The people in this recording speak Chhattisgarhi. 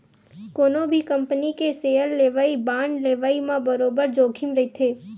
कोनो भी कंपनी के सेयर लेवई, बांड लेवई म बरोबर जोखिम रहिथे